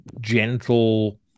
gentle